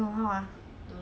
麻辣